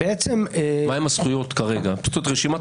מה הן הזכויות כרגע?